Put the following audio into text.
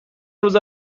روز